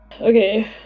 Okay